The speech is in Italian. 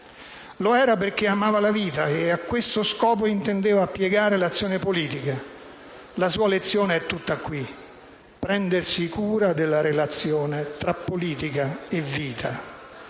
Lo era perché amava la vita e a questo scopo intendeva piegare l'azione politica. La sua lezione è tutta qui: prendersi cura della relazione tra politica e vita.